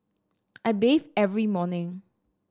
I bathe every morning